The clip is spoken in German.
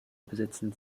besitzen